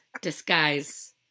disguise